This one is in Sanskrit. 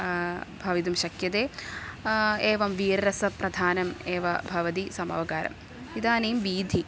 भवितुं शक्यते एवं वीररसप्रधानम् एव भवति समावकारम् इदानीं वीथिः